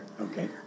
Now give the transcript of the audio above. Okay